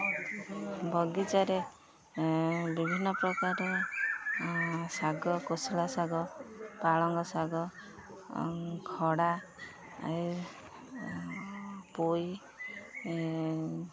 ବଗିଚାରେ ବିଭିନ୍ନ ପ୍ରକାର ଶାଗ କୋଶଳା ଶାଗ ପାଳଙ୍ଗ ଶାଗ ଖଡ଼ା ପୋଇ